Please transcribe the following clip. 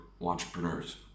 entrepreneurs